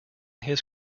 his